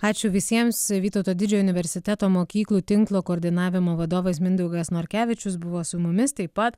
ačiū visiems vytauto didžiojo universiteto mokyklų tinklo koordinavimo vadovas mindaugas norkevičius buvo su mumis taip pat